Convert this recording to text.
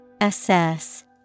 Assess